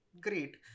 great